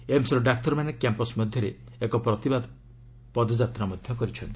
ଏମ୍ସ୍ର ଡାକ୍ତରମାନେ କ୍ୟାମ୍ପସ୍ ମଧ୍ୟରେ ଏକ ପ୍ରତିବାଦ ପଦନ୍ପାତ୍ରା କରିଛନ୍ତି